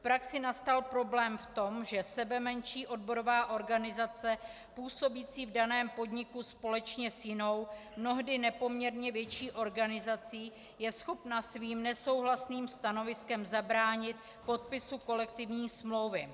V praxi nastal problém v tom, že sebemenší odborová organizace působící v daném podniku společně s jinou, mnohdy nepoměrně větší organizací je schopna svým nesouhlasným stanoviskem zabránit podpisu kolektivní smlouvy.